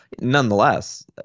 nonetheless